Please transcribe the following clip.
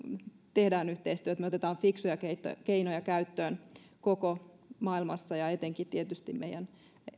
teemme yhteistyötä me otamme fiksuja keinoja käyttöön koko maailmassa ja etenkin tietysti meidän